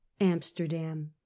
amsterdam